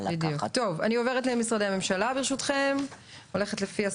וזה בלי להיכנס לפירוט,